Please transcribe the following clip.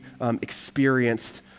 experienced